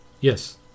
Yes